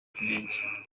cy’indege